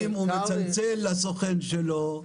אם הוא מצלצל לסוכן שלו,